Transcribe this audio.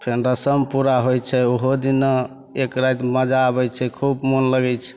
फेर रसम पूरा होइ छै ओहोदिना एकराति मजा अबै छै खूब मोन लगै छै